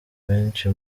abenshi